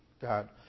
God